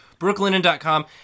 Brooklinen.com